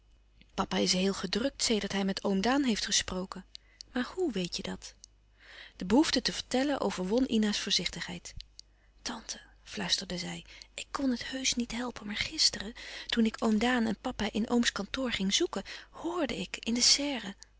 papa is heel gedrukt sedert hij met oom daan heeft gesproken maar hoè weet je dat de behoefte te vertellen overwon ina's voorzichtigheid tante fluisterde zij ik kon het heusch niet helpen maar gisteren toen ik oom daan en papa in ooms kantoor ging zoeken horde ik in de serre